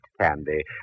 Candy